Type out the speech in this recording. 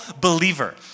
believer